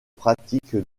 pratiques